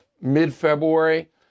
mid-February